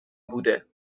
بوده